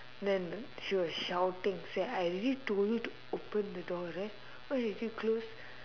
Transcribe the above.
then she was shouting say I already told you to open the door right why did you close